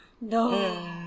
No